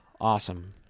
awesome